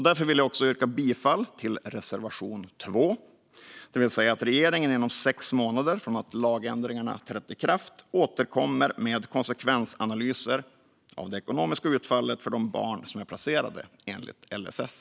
Därför yrkar jag bifall till reservation 2, som handlar om att regeringen inom sex månader från att lagändringarna trätt i kraft ska återkomma med konsekvensanalyser av det ekonomiska utfallet för de barn som är placerade enligt LSS.